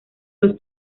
los